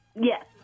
Yes